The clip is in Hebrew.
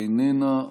איננה,